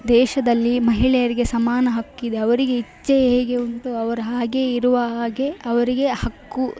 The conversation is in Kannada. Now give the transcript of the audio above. ದೇಶದಲ್ಲಿ ಮಹಿಳೆಯರಿಗೆ ಸಮಾನ ಹಕ್ಕಿದೆ ಅವರಿಗೆ ಇಚ್ಛೆ ಹೇಗೆ ಉಂಟು ಅವರು ಹಾಗೇ ಇರುವ ಹಾಗೇ ಅವರಿಗೆ ಹಕ್ಕು